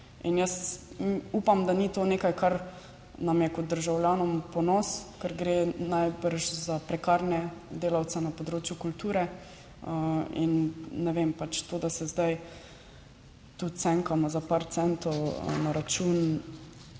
In jaz upam, da ni to nekaj, kar nam je kot državljanom v ponos, ker gre najbrž za prekarne delavce na področju kulture. Ne vem pač to, da se zdaj tudi sankamo za par centov na račun